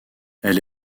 elle